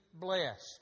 blessed